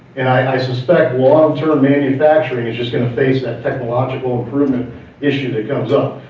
and i suspect long term manufacturing is just gonna face technological improvement issues that comes up.